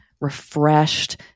refreshed